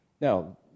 Now